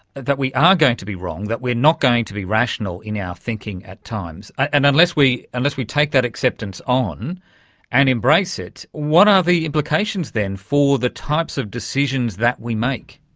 that we are going to be wrong, that we are not going to be rational in our thinking at times. and unless we unless we take that acceptance on and embrace it, what are the implications then for the types of decisions that we make?